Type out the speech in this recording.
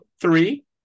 three